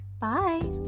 bye